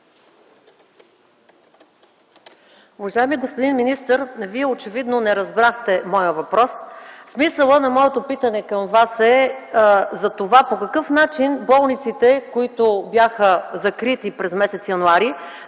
Уважаеми господин министър, Вие очевидно не разбрахте моя въпрос. Смисълът на моето питане към Вас е: по какъв начин болниците, които бяха закрити през м. януари,